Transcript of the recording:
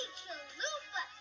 chalupa